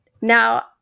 Now